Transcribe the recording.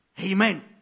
Amen